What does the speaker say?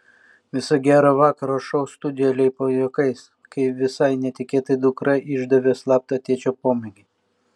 visa gero vakaro šou studija leipo juokais kai visai netikėtai dukra išdavė slaptą tėčio pomėgį